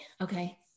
okay